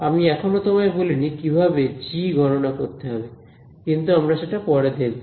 আমি এখনো তোমায় বলিনি কিভাবে g গণনা করতে হবে কিন্তু আমরা সেটা পরে দেখবো